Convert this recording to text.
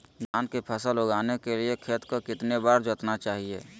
धान की फसल उगाने के लिए खेत को कितने बार जोतना चाइए?